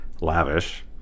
lavish